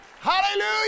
Hallelujah